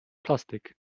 plastik